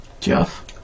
Jeff